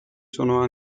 sono